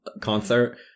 concert